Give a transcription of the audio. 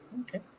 Okay